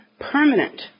permanent